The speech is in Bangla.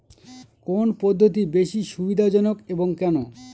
কোন পদ্ধতি বেশি সুবিধাজনক এবং কেন?